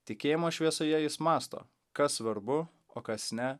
tikėjimo šviesoje jis mąsto kas svarbu o kas ne